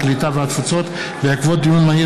הקליטה והתפוצות בעקבות דיון מהיר